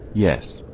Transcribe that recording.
yes,